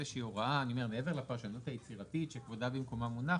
מעבר לפרשנות היצירתית שכבודה במקומה מונח,